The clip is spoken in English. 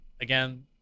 again